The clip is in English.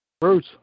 Bruce